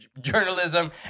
journalism